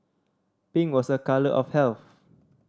pink was a colour of health